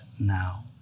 now